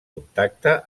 contacte